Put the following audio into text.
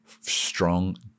strong